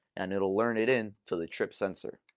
and it'll learn it in to the trip sensor.